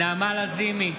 חבר הכנסת טיבי,